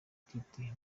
tuti